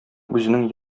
үзенең